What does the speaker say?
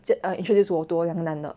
就 err introduce 我多两个男的